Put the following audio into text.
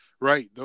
right